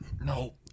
No